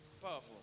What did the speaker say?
Powerful